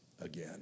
again